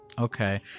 Okay